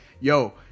yo